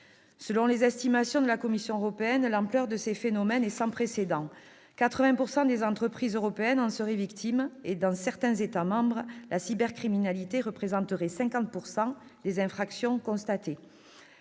Selon les estimations de la Commission européenne, l'ampleur de ces phénomènes est sans précédent : 80 % des entreprises européennes en seraient victimes, et dans certains États membres, la cybercriminalité représenterait 50 % des infractions constatées.